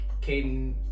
Caden